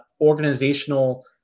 organizational